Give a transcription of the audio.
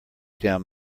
down